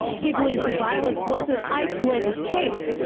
he believes the violence was an isolated case.